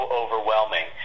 overwhelming